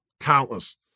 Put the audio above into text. Countless